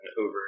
over